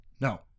no